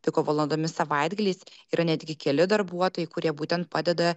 piko valandomis savaitgaliais yra netgi keli darbuotojai kurie būtent padeda